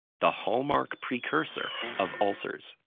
the hallmark precursor of ulcers.